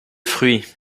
fruits